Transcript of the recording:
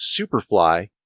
Superfly